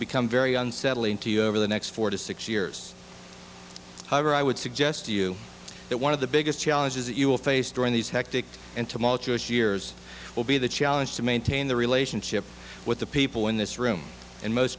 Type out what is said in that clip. become very unsettling to you over the next four to six years however i would suggest to you that one of the biggest challenges that you will face during these hectic entomologists years will be the challenge to maintain the relationship with the people in this room and most